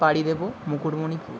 পাড়ি দেব মুকুটমনিপুর